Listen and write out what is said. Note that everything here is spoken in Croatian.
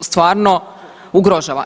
stvarno ugrožava.